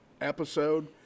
episode